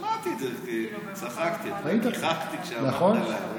שמעתי את זה, צחקתי, גיחכתי כשאמרת לה.